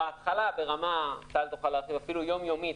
בהתחלה זה היה אפילו ברמה יום-יומית